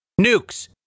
nukes